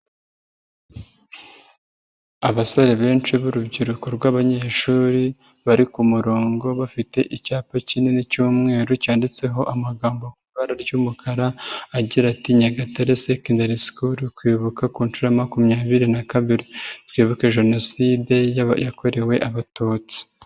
Abasore benshi b'urubyiruko rw'abanyeshuri, bari ku murongo, bafite icyapa kinini cy'umweru cyanditseho amagambo mu ibara ry'umukara agira ati: "Nyagatare secondary school kwibuka ku nshuro ya makumyabiri na kabiri". Twibuke Jenoside yakorewe Abatutsi.